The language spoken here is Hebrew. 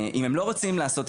אם הם לא רוצים לעשות,